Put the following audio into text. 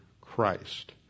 Christ